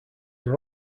are